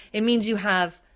it means you have,